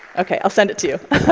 ok, i'll send it to